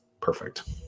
perfect